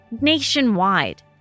nationwide